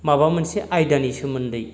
माबा मोनसे आयदानि सोमोन्दै